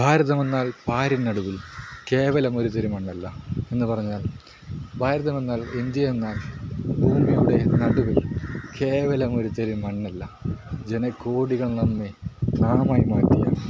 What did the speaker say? ഭാരതമെന്നാൽ പാരിൻ നടുവിൽ കേവലമൊരുതരി മണ്ണല്ല എന്ന് പറഞ്ഞാൽ ഭാരതമെന്നാൽ ഇന്ത്യയെന്നാൽ ഭൂമിയുടെ നടുവിൽ കേവലമൊരു തരി മണ്ണല്ല ജനകോടികൾ നമ്മെ നാമായി മാറ്റിയ